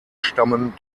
stammen